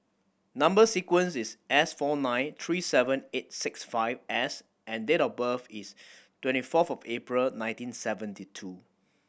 number sequence is S four nine three seven eight six five S and date of birth is twenty fourth of April nineteen seventy two